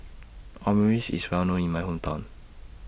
Omurice IS Well known in My Hometown